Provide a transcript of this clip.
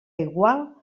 igual